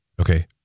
Okay